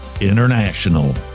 International